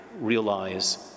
realize